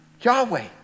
Yahweh